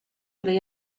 oli